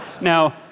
Now